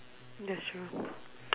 that's true